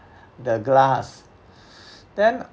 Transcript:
the glass then